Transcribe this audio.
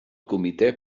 comitè